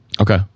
Okay